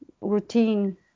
routine